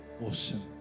Awesome